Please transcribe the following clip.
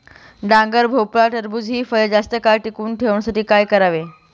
डांगर, भोपळा, टरबूज हि फळे जास्त काळ टिकवून ठेवण्यासाठी काय करावे?